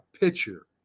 pitcher